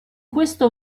questo